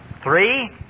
three